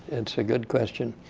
it's a good question.